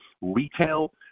retail